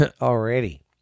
already